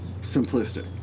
simplistic